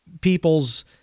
people's